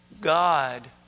God